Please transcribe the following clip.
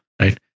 Right